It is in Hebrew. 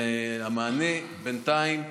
והמענה בינתיים,